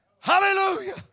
Hallelujah